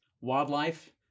wildlife